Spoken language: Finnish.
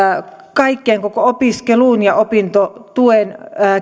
kaikelle koko opiskelulle ja opintotuen